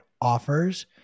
offers